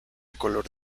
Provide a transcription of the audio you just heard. color